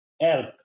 help